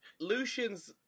Lucian's